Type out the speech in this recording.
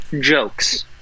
jokes